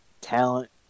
talent